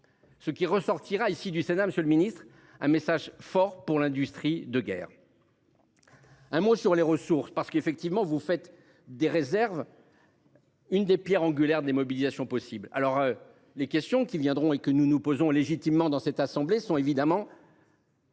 Ce qui ressortira ici du Sénat Monsieur le Ministre, un message fort pour l'industrie de guerre. Un mot sur les ressources parce qu'effectivement vous faites des réserves. Une des pierres angulaires des mobilisations possible alors. Les questions qui viendront et que nous nous posons légitimement dans cette assemblée sont évidemment.